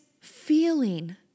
feeling